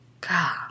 God